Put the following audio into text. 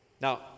now